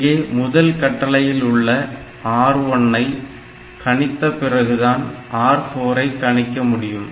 இங்கே முதல் கட்டளையில் உள்ள R1 ஐ கணித்த பிறகுதான் R4 ஐ கணிக்க முடியும்